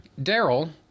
Daryl